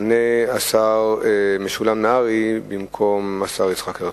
יענה השר משולם נהרי, במקום השר יצחק הרצוג.